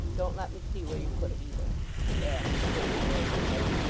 don't let me see where you put it either he added, turning away his head.